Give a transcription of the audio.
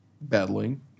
battling